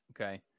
Okay